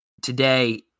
today